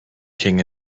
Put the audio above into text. king